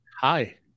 Hi